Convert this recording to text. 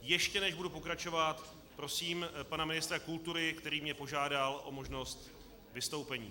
Ještě než budu pokračovat, prosím pana ministra kultury, který mě požádal o možnost vystoupení.